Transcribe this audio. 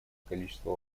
количество